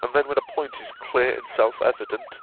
and then when a point is clear and self-evident,